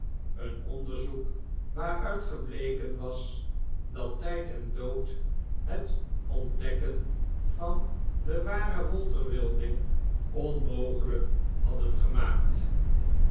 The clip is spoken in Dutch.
een onderzoek waaruit gebleken was dat tgd en dood het ontdekken van den waren walter wilding onmogeiyk badden gemaakt